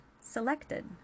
Selected